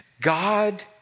God